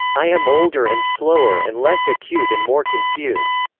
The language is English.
i am older and slower and less acute and more confused.